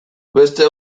beste